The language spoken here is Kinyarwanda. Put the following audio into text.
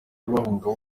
bahunga